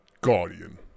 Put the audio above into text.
Guardian